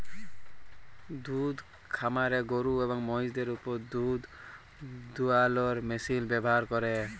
দুহুদ খামারে গরু এবং মহিষদের উপর দুহুদ দুয়ালোর মেশিল ব্যাভার ক্যরে